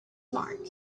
mark